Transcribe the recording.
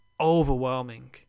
overwhelming